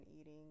eating